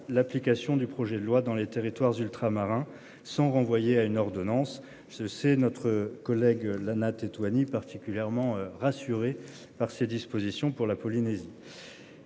l'application du projet de loi dans les territoires ultramarins sont renvoyés à une ordonnance ce c'est notre collègue là natte et tout. Annie particulièrement rassuré par ses dispositions pour la Polynésie.